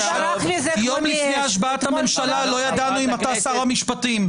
יום לפני השבעת הממשלה לא ידענו אם אתה שר המשפטים.